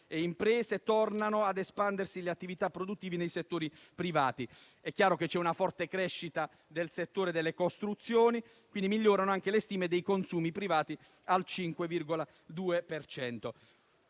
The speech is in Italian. e imprese. Tornano a espandersi le attività produttive nei settori privati. È chiaro che c'è una forte crescita del settore delle costruzioni e migliorano anche le stime dei consumi privati, al 5,2